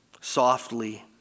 Softly